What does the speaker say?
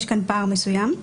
יש כאן פער מסוים.